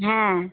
হ্যাঁ